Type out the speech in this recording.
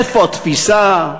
איפה התפיסה?